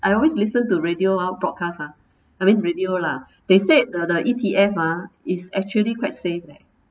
I always listen to radio broadcast ah I mean radio lah they said the the E_T_F ah is actually quite safe eh